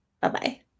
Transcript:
Bye-bye